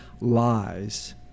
lies